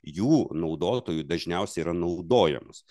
jų naudotojų dažniausiai yra naudojamos